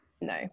no